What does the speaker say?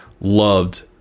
loved